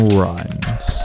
runs